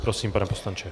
Prosím, pane poslanče.